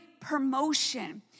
promotion